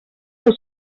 del